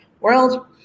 world